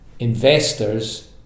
investors